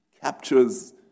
Captures